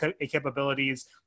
capabilities